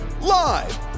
live